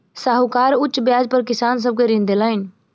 साहूकार उच्च ब्याज पर किसान सब के ऋण देलैन